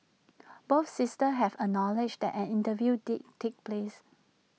both sisters have acknowledged that an interview did take place